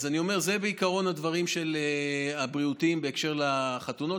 אז אני אומר: זה בעיקרון הדברים הבריאותיים בהקשר של חתונות.